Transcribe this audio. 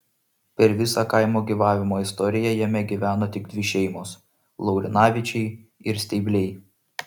per visą kaimo gyvavimo istoriją jame gyveno tik dvi šeimos laurinavičiai ir steibliai